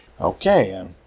Okay